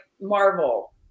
Marvel